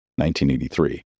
1983